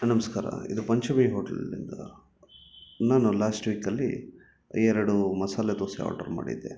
ನಮಸ್ಕಾರ ಇದು ಪಂಚಮಿ ಹೋಟಲ್ನಿಂದ ನಾನು ಲಾಶ್ಟ್ ವೀಕಲ್ಲಿ ಎರಡು ಮಸಾಲೆ ದೋಸೆ ಆರ್ಡ್ರ ಮಾಡಿದ್ದೆ